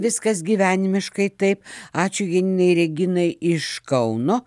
viskas gyvenimiškai taip ačiū janinai reginai iš kauno